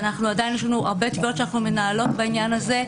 ויש לנו עדיין הרבה תביעות שאנו מנהלות בעניין זה,